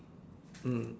mm